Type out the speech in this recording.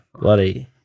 bloody